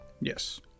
Yes